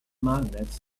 magnets